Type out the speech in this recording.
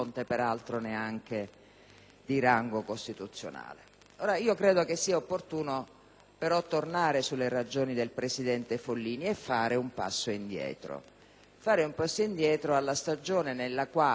credo sia opportuno tornare sulle ragioni del presidente Follini e fare un passo indietro, alla stagione nella quale il ricorso alla